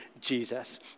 Jesus